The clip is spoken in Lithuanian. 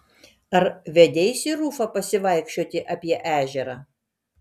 ar vedeisi rufą pasivaikščioti apie ežerą